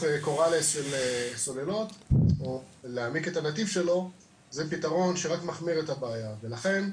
קורה של סוללות או להעמיק את הנתיב שלו זה פתרון שרק מחמיר את הבעיה ולכן,